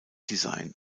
design